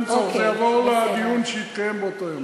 המיון, למעשה, באזור הזה משרת מעל 45,000 תושבים,